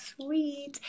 sweet